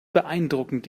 beeindruckend